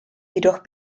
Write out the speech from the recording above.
jedoch